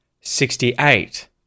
Sixty-eight